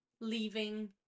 leaving